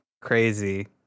crazy